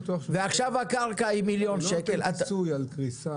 ועכשיו הקרקע היא מיליון שקל --- זה לא פיצוי על קריסה